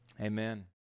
Amen